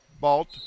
balt